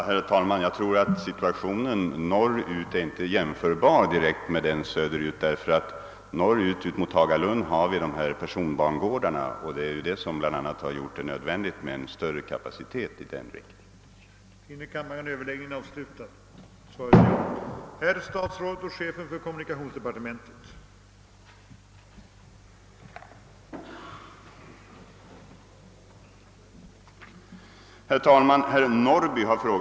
Herr talman! Situationen när det gäller trafiken norrut är inte direkt jämförbar med trafiksituationen söderut. Norrut, mot Hagalund, är det nämligen bl.a. persontrafikbangårdarna som nödvändiggör en större kapacitet i den riktningen.